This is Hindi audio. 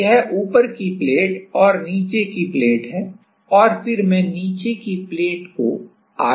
तो यह ऊपर की प्लेट है और यह नीचे की प्लेट है और फिर मैं नीचे की प्लेट को आगे बढ़ा रहा हूं